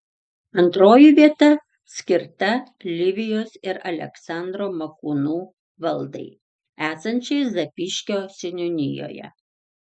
antroji vieta skirta livijos ir aleksandro makūnų valdai esančiai zapyškio seniūnijoje